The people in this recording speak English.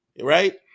right